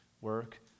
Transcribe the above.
work